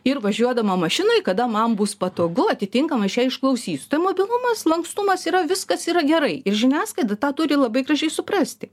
ir važiuodama mašinoj kada man bus patogu atitinkamai šią išklausys tai mobilumas lankstumas yra viskas yra gerai ir žiniasklaida tą turi labai gražiai suprasti